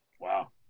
Wow